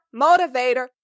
motivator